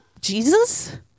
Jesus